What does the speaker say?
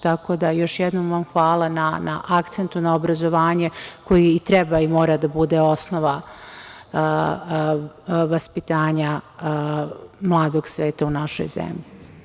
Tako da još jednom vam hvala na akcentu na obrazovanju koji treba i mora da bude osnova vaspitanja mladog sveta u našoj zemlji.